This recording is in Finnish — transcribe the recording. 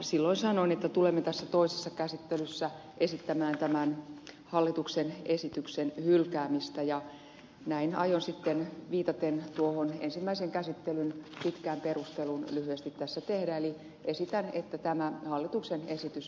silloin sanoin että tulemme tässä toisessa käsittelyssä esittämään tämän hallituksen esityksen hylkäämistä ja näin aion sitten viitaten tuohon ensimmäisen käsittelyn pitkään perusteluun lyhyesti tässä tehdä eli esitän että tämä hallituksen esitys hylätään